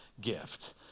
gift